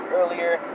earlier